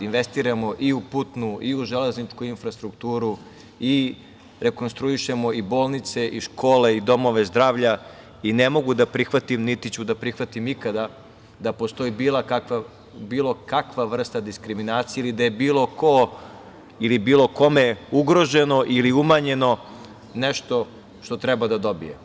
Investiramo i u putnu i u železničku infrastrukturu i rekonstruišemo i bolnice i škole i domove zdravlja i ne mogu da prihvatim niti ću da prihvatim ikada da postoji bilo kakva vrsta diskriminacije ili da je bilo ko ili bilo kome ugroženo ili umanjeno nešto što treba da dobije.